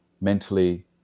mentally